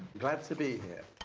glad to be here.